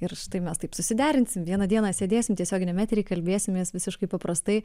ir štai mes taip susiderinsim vieną dieną sėdėsim tiesioginiam etery kalbėsimės visiškai paprastai